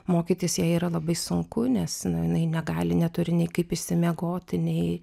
mokytis jei yra labai sunku nes jinai negali neturi nei kaip išsimiegoti nei